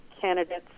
candidates